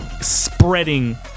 spreading